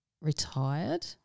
retired